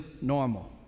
normal